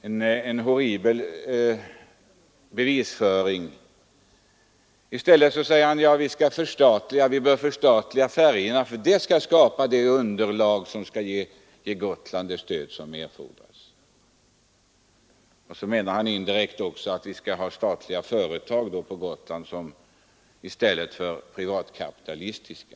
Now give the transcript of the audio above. Det är en horribel bevisföring som herr Hallgren gör sig skyldig till. I stället bör vi förstatliga färjorna, säger han, därför att det kan skapa det underlag som skall ge Gotland det stöd som erfordras. Så menar han indirekt att vi skall ha statliga företag på Gotland i stället för privatkapitalistiska.